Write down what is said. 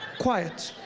quiet.